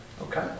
Okay